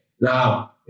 Now